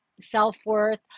self-worth